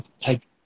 take